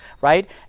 right